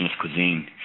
cuisine